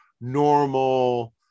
normal